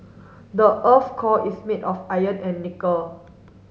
the earth's core is made of iron and nickel